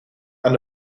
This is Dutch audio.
aan